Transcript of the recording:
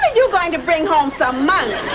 you going to bring home some money?